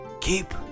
keep